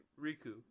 Riku